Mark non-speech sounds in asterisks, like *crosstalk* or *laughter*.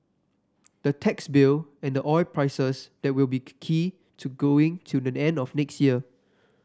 the tax bill and the oil prices there will be *unintelligible* key to going till the end of next year